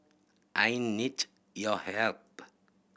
I need your help